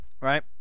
Right